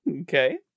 Okay